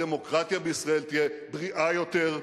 הדמוקרטיה בישראל תהיה בריאה יותר,